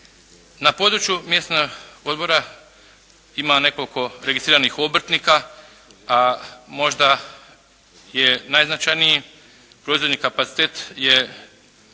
Na području Mjesnog odbora ima nekoliko registriranih obrtnika, a možda je najznačajniji proizvodni kapacitet je